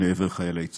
לעבר חיילי צה"ל.